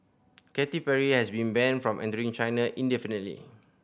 Katy Perry has been banned from entering China indefinitely